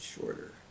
shorter